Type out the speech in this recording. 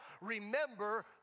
Remember